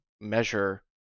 measure